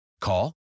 Call